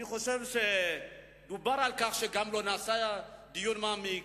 אני חושב שדובר על כך שלא נעשה דיון מעמיק,